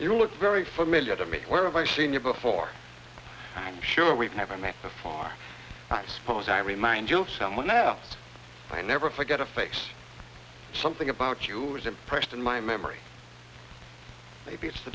it looks very familiar to me where have i seen your before i'm sure we've never met before i suppose i remind you of someone else i never forget a face something about you was impressed in my memory maybe it's the